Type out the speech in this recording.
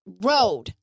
road